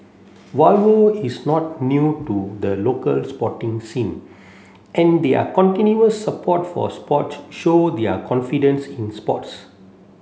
Volvo is not new to the local sporting scene and their continuous support for sports show their confidence in sports